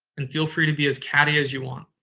and feel free to be as catty as you want.